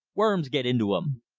worms get into em.